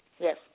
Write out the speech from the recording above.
Yes